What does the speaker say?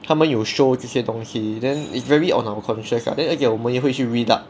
他们有 show 这些东西 then it's very on our conscious and then 而且我们也会去 read up